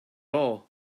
all